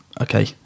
okay